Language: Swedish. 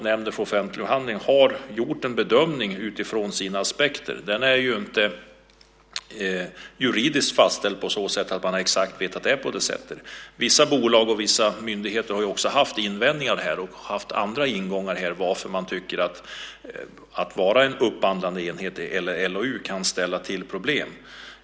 Nämnden för offentlig upphandling har gjort en bedömning utifrån sina aspekter. Den är inte juridiskt fastställd på ett sådant sätt att man vet exakt hur det är. Vissa bolag och vissa myndigheter har också haft invändningar här och haft andra ingångar när det gäller varför man anser att det kan ställa till problem att vara en upphandlande enhet enligt LOU.